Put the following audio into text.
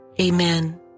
Amen